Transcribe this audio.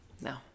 no